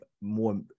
more